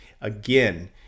Again